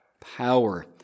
Power